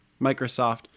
Microsoft